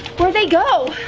where'd they go?